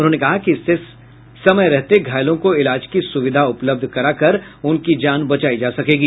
उन्होंने कहा कि इससे समय रहते घायलों को इलाज की सुविधा उपलब्ध कराकर उनकी जान बचायी जा सकेगी